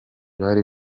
bari